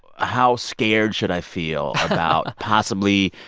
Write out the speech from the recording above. how scared should i feel about, possibly,